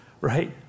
right